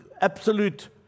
absolute